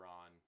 on